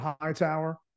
Hightower